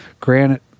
granite